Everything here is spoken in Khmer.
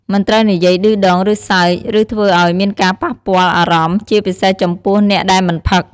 មិនត្រូវនិយាយឌឺដង ឬសើច ឬធ្វើអោយមានការប៉ះពាល់អារម្មណ៍ ជាពិសេសចំពោះអ្នកដែលមិនផឹក។